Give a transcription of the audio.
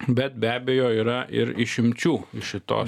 bet be abejo yra ir išimčių iš šitos